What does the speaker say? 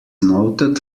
noted